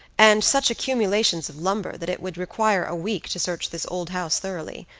and such accumulations of lumber, that it would require a week to search this old house thoroughly.